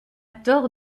tort